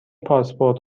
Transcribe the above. پاسپورت